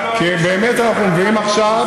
כי באמת אנחנו מובילים עכשיו,